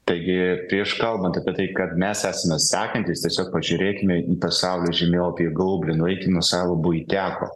taigi prieš kalbant apie tai kad mes esame sekantys tiesiog pažiūrėkime į pasaulį žemėlapį į gaublį nueikim nuo savo buitiako